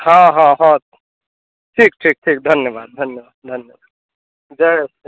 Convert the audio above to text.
हँ हँ हँ ठीक ठीक ठीक धन्यवाद धन्यवाद धन्यवाद जय श्यामा